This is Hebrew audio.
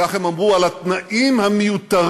כך הם אמרו, על התנאים המיותרים,